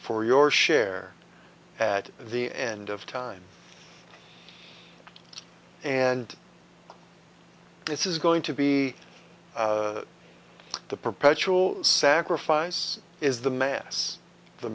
for your share at the end of time and this is going to be the perpetual sacrifice is the mass the